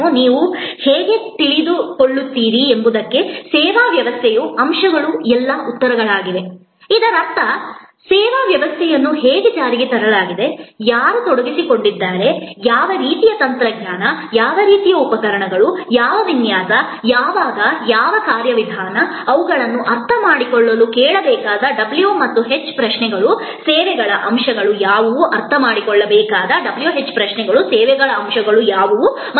ಆದ್ದರಿಂದ ಇಂದಿನ ವಿಷಯಕ್ಕೆ ಬಂದರೆ ನಾವು ಹೇಳಿದಂತೆ w ಮತ್ತು h ಪ್ರಶ್ನೆಗಳನ್ನು ನೀವು ಹೇಗೆ ತಿಳಿದುಕೊಳ್ಳುತ್ತೀರಿ ಎಂಬುದಕ್ಕೆ ಸೇವಾ ವ್ಯವಸ್ಥೆಯ ಅಂಶಗಳು ಎಲ್ಲಾ ಉತ್ತರಗಳಾಗಿವೆ ಇದರರ್ಥ ಸೇವಾ ವ್ಯವಸ್ಥೆಯನ್ನು ಹೇಗೆ ಕಾರ್ಯಗತಗೊಳಿಸಲಾಗುತ್ತದೆ ಯಾರು ತೊಡಗಿಸಿಕೊಂಡಿದ್ದಾರೆ ಯಾವ ರೀತಿಯ ತಂತ್ರಜ್ಞಾನ ಯಾವ ರೀತಿಯ ಉಪಕರಣಗಳು ಯಾವ ವಿನ್ಯಾಸ ಯಾವಾಗ ಯಾವ ಕಾರ್ಯವಿಧಾನ ಇವುಗಳನ್ನು ಅರ್ಥಮಾಡಿಕೊಳ್ಳಲು ಕೇಳಬೇಕಾದ w ಮತ್ತು h ಪ್ರಶ್ನೆಗಳು ಸೇವೆಗಳ ಅಂಶಗಳು ಯಾವುವು ಎಂದು